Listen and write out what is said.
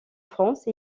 france